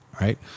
right